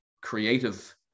creative